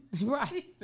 Right